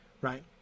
right